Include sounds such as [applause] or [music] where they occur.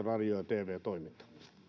[unintelligible] radio ja tv toimintaa